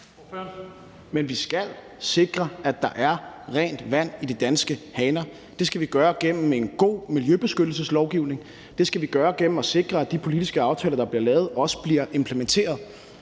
(V): Vi skal sikre, at der er rent vand i de danske haner. Det skal vi gøre gennem en god miljøbeskyttelseslovgivning. Det skal vi gøre gennem at sikre, at de politiske aftaler, der bliver lavet, også bliver implementeret.